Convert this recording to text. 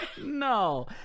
no